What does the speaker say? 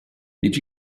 did